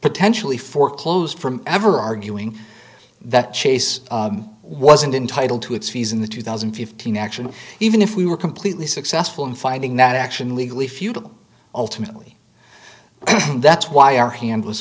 potentially foreclosed from ever arguing that chase wasn't entitle to its fees in the two thousand and fifteen action even if we were completely successful in finding that action legally futile ultimately that's why our hand was